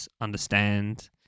understand